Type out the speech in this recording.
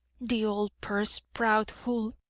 the old purse-proud fool!